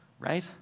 right